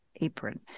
apron